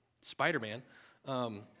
Spider-Man